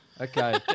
okay